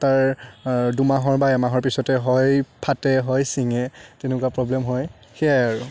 তাৰ দুমাহৰ বা এমাহৰ পিছতে হয় ফাটে হয় ছিঙে তেনেকুৱা প্ৰব্লেম হয় সেয়াই আৰু